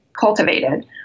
cultivated